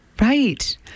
Right